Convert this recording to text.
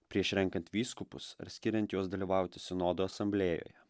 prieš renkant vyskupus ar skiriant juos dalyvauti sinodo asamblėjoje